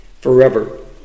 forever